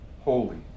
holy